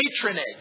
patronage